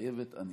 מתחייבת אני.